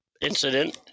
incident